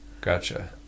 Gotcha